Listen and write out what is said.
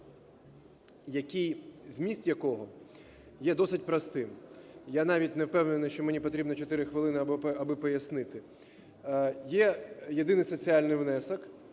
зміст якого є досить простим. Я навіть не впевнений, що мені потрібно 4 хвилини, аби пояснити. Є єдиний соціальний внесок,